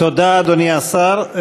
תודה, אדוני השר.